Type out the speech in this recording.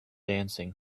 dancing